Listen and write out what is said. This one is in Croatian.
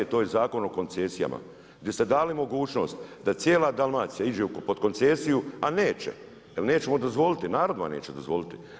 To je Zakon o koncesijama, di ste dali mogućnost da cijela Dalmacija iđe pod koncesiju, ali neće, jer nećemo dozvoliti, naravno da neće dozvoliti.